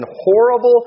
horrible